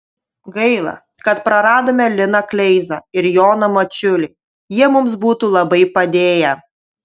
gaila kad praradome liną kleizą ir joną mačiulį jie mums būtų labai padėję